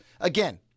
Again